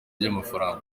ry’amafaranga